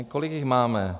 Kolik jich máme?